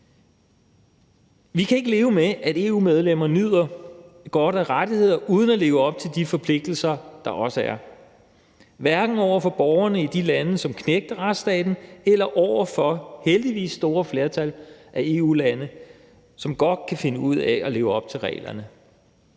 Vi kan ikke leve med, at EU-medlemmer nyder godt af rettigheder uden at leve op til de forpligtelser, der også er, hverken over for borgerne i de lande, som knægter retsstaten, eller over for heldigvis et stort flertal af EU-lande, som godt kan finde ud af at leve op til reglerne.